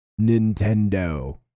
Nintendo